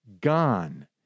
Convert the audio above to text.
gone